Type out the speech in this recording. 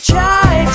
Try